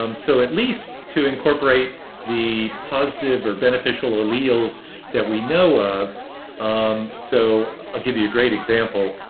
um so at least to incorporate the positive or beneficial alleles that we know of um so i'll give you a great example.